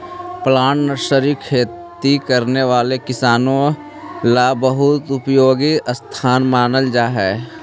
plant nursery खेती करने वाले किसानों ला बहुत उपयोगी स्थान मानल जा हई